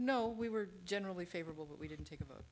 no we were generally favorable but we didn't take about